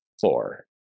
four